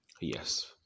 Yes